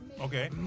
Okay